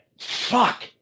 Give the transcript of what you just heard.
fuck